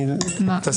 בבקשה.